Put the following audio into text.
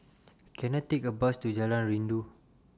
Can I Take A Bus to Jalan Rindu